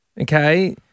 okay